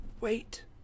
Wait